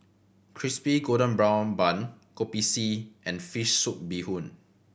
Crispy Golden Brown Bun Kopi C and fish soup bee hoon